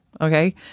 Okay